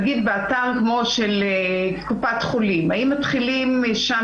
נניח באתר כמו של קופת חולים האם מתחילים שם